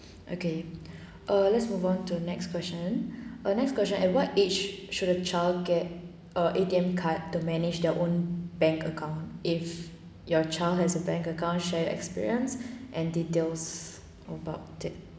okay err let's move on to next question uh next question at what age should a child get err A_T_M card to manage their own bank account if your child has a bank account share your experience and details about it